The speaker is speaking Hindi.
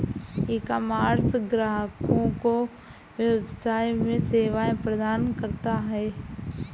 ईकॉमर्स ग्राहकों को व्यापार में सेवाएं प्रदान करता है